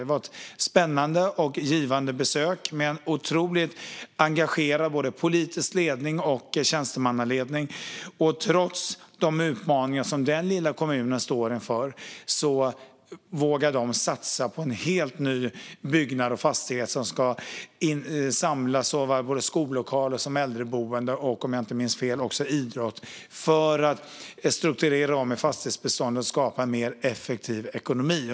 Det var ett spännande och givande besök med en otroligt engagerad politisk ledning och tjänstemannaledning. Trots de utmaningar som denna lilla kommun står inför vågar man satsa på en helt ny byggnad, eller fastighet, som ska inrymma såväl skollokaler som äldreboende och, om jag inte minns fel, idrott för att strukturera om i fastighetsbeståndet och skapa en mer effektiv ekonomi.